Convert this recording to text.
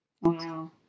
Wow